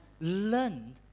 learned